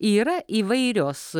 yra įvairios